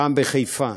פעם בחיפה,